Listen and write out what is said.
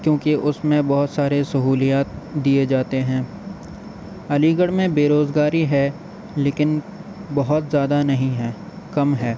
کیونکہ اس میں بہت سارے سہولیات دیے جاتے ہیں علی گڑھ میں بیروزگاری ہے لیکن بہت زیادہ نہیں ہے کم ہے